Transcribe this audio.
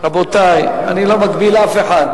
רבותי, אני לא מגביל אף אחד.